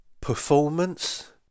Performance